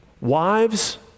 Wives